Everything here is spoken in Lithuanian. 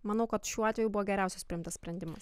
manau kad šiuo atveju buvo geriausias priimtas sprendimas